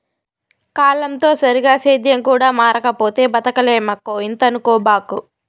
కాలంతో సరిగా సేద్యం కూడా మారకపోతే బతకలేమక్కో ఇంతనుకోబాకు